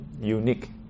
unique